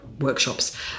workshops